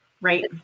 Right